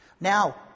Now